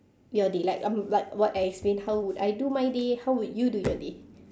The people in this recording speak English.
your day like I'm like what I explain how would I do my day how would you do your day